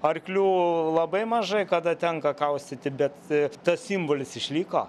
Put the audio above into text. arklių labai mažai kada tenka kaustyti bet tas simbolis išliko